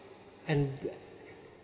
and